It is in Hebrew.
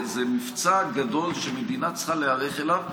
זה מבצע גדול שמדינה צריכה להיערך אליו.